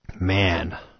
man